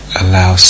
allow